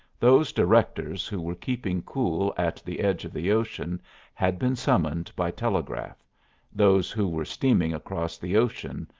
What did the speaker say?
those directors who were keeping cool at the edge of the ocean had been summoned by telegraph those who were steaming across the ocean,